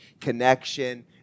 connection